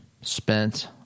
spent